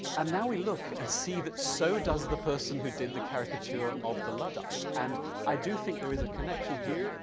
and now we look and see that so does the person who did the caricature of the luddite, and i do think there is a connection here.